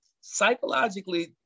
psychologically